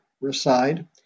reside